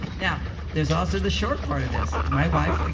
now, there's also the short part of this. my wife, like